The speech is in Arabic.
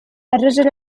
الرجل